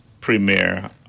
premier